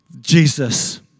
Jesus